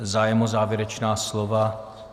Zájem o závěrečná slova?